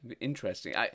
interesting